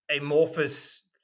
amorphous